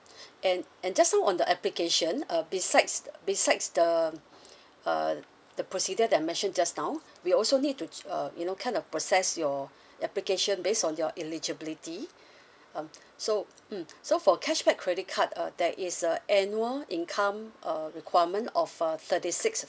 and and just now on the application uh besides besides the uh the procedure that I mentioned just now we also need to uh you know kind of process your application based on your eligibility um so mm so for cashback credit card uh there is a annual income uh requirement of uh thirty six